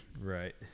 right